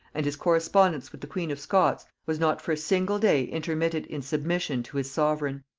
and his correspondence with the queen of scots was not for a single day intermitted in submission to his sovereign.